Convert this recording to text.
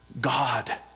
God